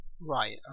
Right